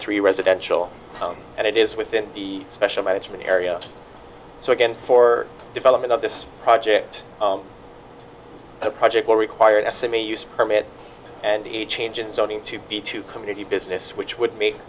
three residential and it is within the special management area so again for development of this project the project will require a semi use permit and a change in zoning to be to community business which would make